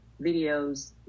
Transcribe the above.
videos